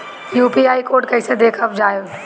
UPI code कैसे देखब बताई?